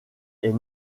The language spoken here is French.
est